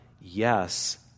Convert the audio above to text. yes